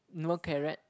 no carrot